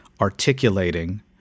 articulating